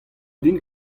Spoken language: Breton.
din